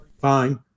fine